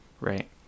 right